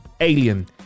Alien